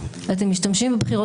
אמרת, אני פעם ראשונה בהפגנה.